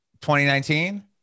2019